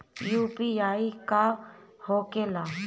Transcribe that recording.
UPI का होके ला?